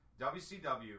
WCW